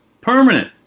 permanent